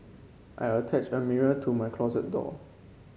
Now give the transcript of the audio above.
I attached a mirror to my closet door